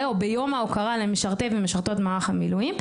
או ביום ההוקרה למשרתי ומשרתות מערך המילואים.